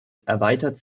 erweitert